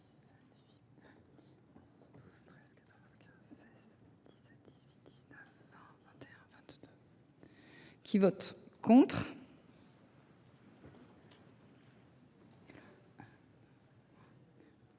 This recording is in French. Qui vote contre.